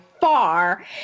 far